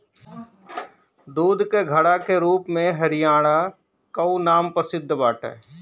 दूध के घड़ा के रूप में हरियाणा कअ नाम प्रसिद्ध बाटे